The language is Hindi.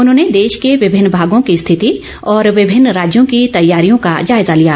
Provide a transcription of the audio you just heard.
उन्होंने देश के विभिन्न भागों की स्थिति और विभिन्न राज्यों की तैयारियों का जायजा लिया